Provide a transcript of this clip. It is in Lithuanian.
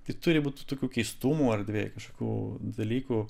tai turi būt tokių keistumų erdvėj kažkokių dalykų